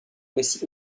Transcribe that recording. récit